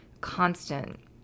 constant